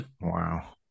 Wow